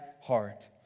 heart